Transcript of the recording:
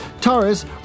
Taurus